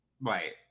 right